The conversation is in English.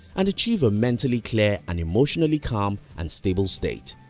and achieve a mentally clear and emotionally calm and stable state.